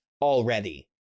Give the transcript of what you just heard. already